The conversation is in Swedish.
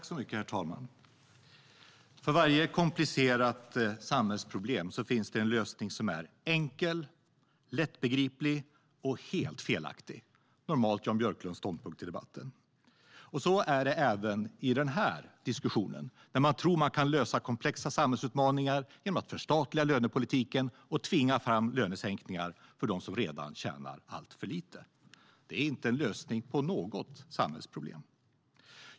Herr talman! För varje komplicerat samhällsproblem finns det en lösning som är enkel, lättbegriplig och helt felaktig - normalt Jan Björklunds ståndpunkt i debatten. Så är det även i den här diskussionen. Man tror att man kan lösa komplexa samhällsutmaningar genom att förstatliga lönepolitiken och tvinga fram lönesänkningar för dem som redan tjänar alltför lite. Det är inte en lösning på något samhällsproblem.